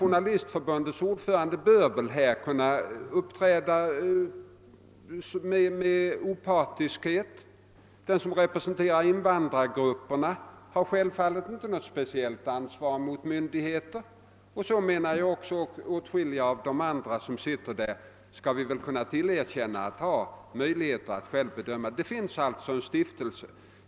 Journalistförbundets ordförande exempelvis bör väl här kunna uppträda med opartiskhet. Den som representerar invandrargrupperna har självfallet inte något speciellt ansvar mot myndigheter. Åtskilliga av de andra personer som sitter i stiftelsens styrelse bör vi också kunna tillerkänna möjligheter att göra en självständig bedömning. Det finns alltså en stiftelse.